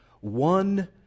one